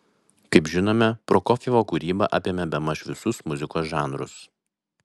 kaip žinome prokofjevo kūryba apėmė bemaž visus muzikos žanrus